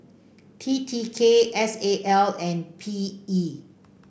T T K S A L and P E